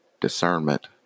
discernment